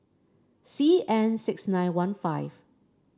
C N six nine one five